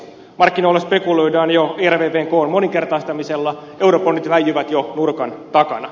markkinoilla spekuloidaan jo ervvn koon moninkertaistamisella eurobondit väijyvät jo nurkan takana